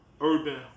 urban